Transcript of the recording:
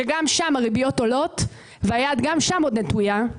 שגם שם הריביות עולות וגם שם היד עוד נטויה.